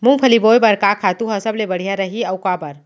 मूंगफली बोए बर का खातू ह सबले बढ़िया रही, अऊ काबर?